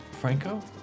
Franco